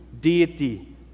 deity